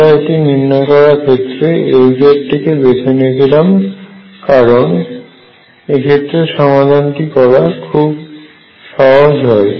আমরা এটি নির্ণয় করার ক্ষেত্রে Lz টিকে বাছে নিয়েছিলাম কারণ এক্ষেত্রে সমাধানটি করা খুব সহজ হয়